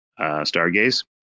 stargaze